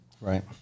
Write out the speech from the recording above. Right